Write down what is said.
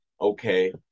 okay